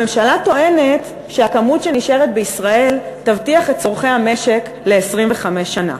הממשלה טוענת שהכמות שנשארת בישראל תבטיח את צורכי המשק ל-25 שנה.